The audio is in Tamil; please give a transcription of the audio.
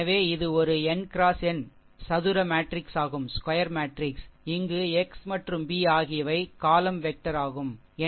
எனவே இது ஒரு n xn சதுர மேட்ரிக்ஸாகும் இங்கு x மற்றும் b ஆகியவை காலம் வெக்டர் ஆகும் சரி